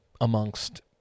amongst